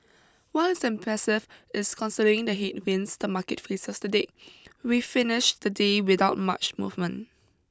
what is impressive is considering the headwinds the market faces today we finished the day without much movement